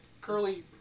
curly